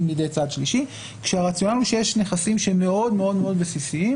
בידי צד שלישי כשהרציונל הוא שיש נכסים שהם מאוד-מאוד בסיסיים,